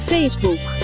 Facebook